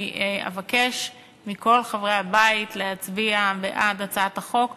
אני אבקש מכל חברי הבית להצביע בעד הצעת החוק,